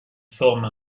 forme